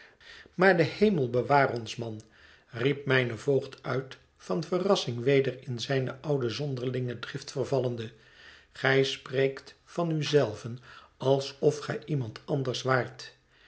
maar de hemel bewaar ons man riep mijn voogd uit van verrassing weder in zijne oude zonderlinge drift vervallende gij spreekt van u zelven alsof gij iemand anders waart